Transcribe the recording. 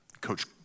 coach